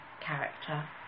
character